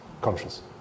Conscious